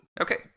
Okay